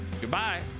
goodbye